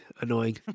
annoying